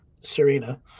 Serena